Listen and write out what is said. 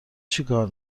چیکار